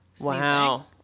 Wow